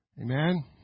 Amen